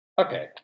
Okay